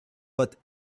but